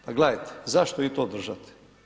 Pa gledajte, zašto i to držati?